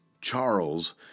Charles